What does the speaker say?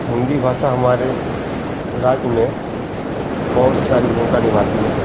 हिन्दी भाषा हमारी राज्य में बहुत सारी भूमिका निभाती है